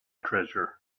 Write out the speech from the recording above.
treasure